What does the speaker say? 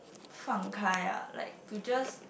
放开 ah like to just